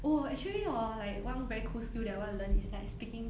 oh actually hor like one very cool skill that I wanna learn is like speaking